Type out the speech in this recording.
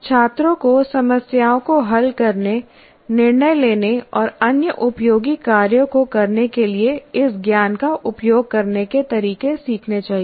छात्रों को समस्याओं को हल करने निर्णय लेने और अन्य उपयोगी कार्यों को करने के लिए इस ज्ञान का उपयोग करने के तरीके सीखने चाहिए